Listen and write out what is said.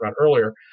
earlier